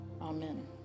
Amen